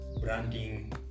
branding